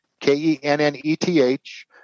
K-E-N-N-E-T-H